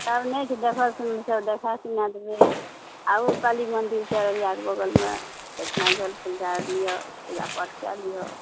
जे सब नहि छै देखल सुनल से सब देखाए सुनाए देबै आओर काली मन्दिर छै अररियाके बगलमे ओहिठिना जल फूल दए लिअ पूजा पाठ कए लिअ